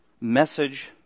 message